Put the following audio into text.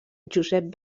josep